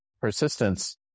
persistence